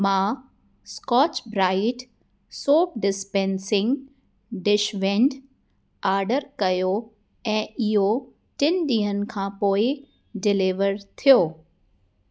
मां Scotch Brite soap dispensing dishwand order कयो ऐं इहो टिनि ॾींहंनि खां पोइ डिलेवर थियो